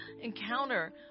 encounter